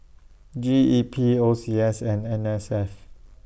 G E P O C S and N S F